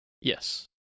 Yes